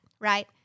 right